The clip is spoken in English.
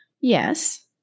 Yes